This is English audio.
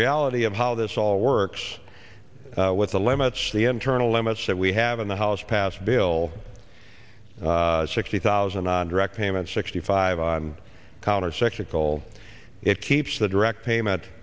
reality of how this all works with the limits the internal limits that we have in the house passed bill sixty thousand on direct payments sixty five on counter section call it keeps the direct payment